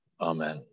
amen